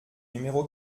numéro